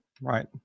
right